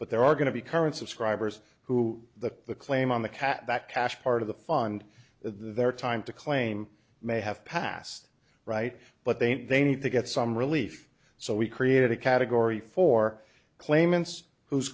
but there are going to be current subscribers who the claim on the cat cash part of the fund their time to claim may have passed right but they need to get some relief so we created a category for claimants who